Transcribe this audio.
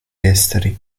esteri